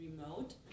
remote